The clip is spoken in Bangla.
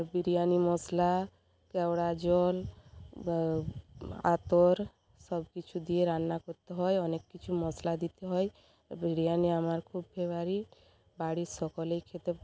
বিরিয়ানি মশলা ক্যাওড়া জল আঁতর সব কিছু দিয়ে রান্না করতে হয় অনেক কিছু মশলা দিতে হয় বিরিয়ানি আমার খুব ফেভারিট বাড়ির সকলেই খেতে